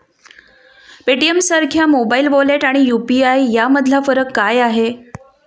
पेटीएमसारख्या mobile wallet आणि UPI यामधला फरक काय आहे?